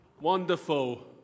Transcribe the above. Wonderful